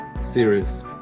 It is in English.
series